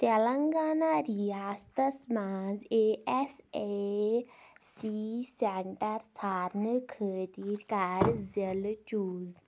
تیلنٛگانہ رِیاستَس منٛز A S A C centre ژھارنہٕ خٲطرٕ کَر ضِلعہٕ چوٗز